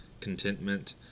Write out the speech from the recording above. contentment